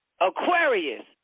Aquarius